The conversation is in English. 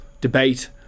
debate